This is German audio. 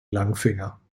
langfinger